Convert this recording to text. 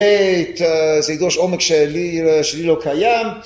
זה ידרוש עומק שלי לא קיים